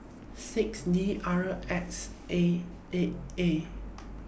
six D R X A eight A